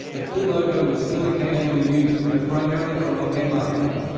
the full logo was still occasionally used, but primarily for off-air marketing.